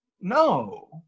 no